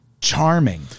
charming